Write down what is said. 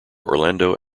orlando